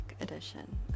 edition